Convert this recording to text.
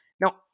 Now